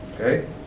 Okay